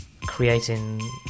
creating